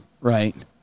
right